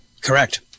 correct